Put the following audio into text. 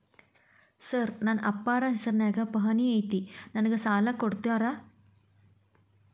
Sir ನನ್ನ ಅಪ್ಪಾರ ಹೆಸರಿನ್ಯಾಗ್ ಪಹಣಿ ಐತಿ ನನಗ ಸಾಲ ಕೊಡ್ತೇರಾ?